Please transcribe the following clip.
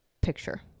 picture